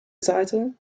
seite